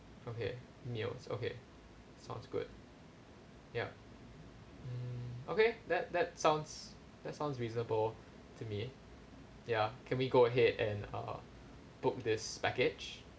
okay meals okay sounds good yup mm okay that that sounds that sounds reasonable to me ya can we go ahead and uh book this package